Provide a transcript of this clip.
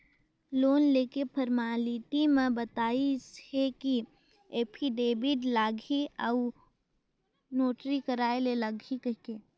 loan लेके formality म बताइस हे कि एफीडेबिड लागही अउ नोटरी कराय ले लागही कहिके